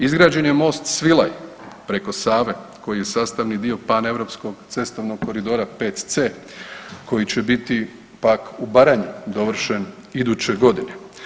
Izgrađen je most Svilaj preko Save koji je sastavni dio paneuropskog cestovnog koridora VC koji će biti pak u Baranji dovršen iduće godine.